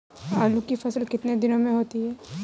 आलू की फसल कितने दिनों में होती है?